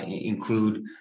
include